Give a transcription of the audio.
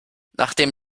nachdem